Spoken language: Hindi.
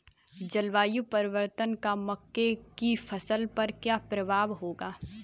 जलवायु परिवर्तन का मक्के की फसल पर क्या प्रभाव होगा?